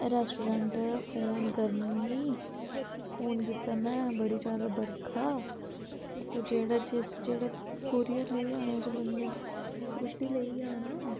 restaurant phone करनी phone कीता में बड़ी ज्यादा बरखा ते जेह्ड़ा जेस जेह्ड़े कुरियर लेइयै आना उस बंदे रुट्टी लेइयै आना